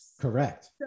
Correct